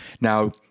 Now